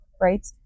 right